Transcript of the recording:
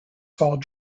fall